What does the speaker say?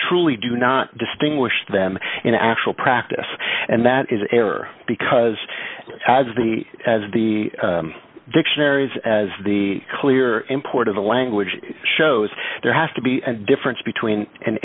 truly do not distinguish them in actual practice and that is a error because as the as the dictionary is as the clear import of the language shows there has to be a difference between an